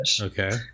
okay